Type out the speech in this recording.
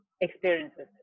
experiences